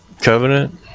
Covenant